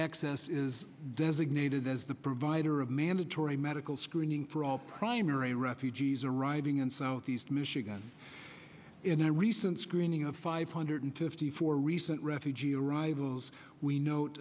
access is designated as the provider of mandatory medical screening for all primary refugees arriving in southeast michigan in a recent screening of five hundred fifty four recent refugee arrivals we no